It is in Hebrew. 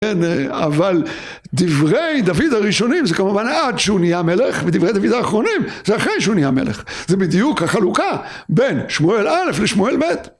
אבל דברי דוד הראשונים זה כמובן עד שהוא נהיה מלך ודברי דוד האחרונים זה אחרי שהוא נהיה מלך זה בדיוק החלוקה בין שמואל א' לשמואל ב'.